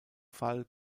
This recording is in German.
fall